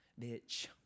bitch